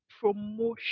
promotion